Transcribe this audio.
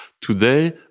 Today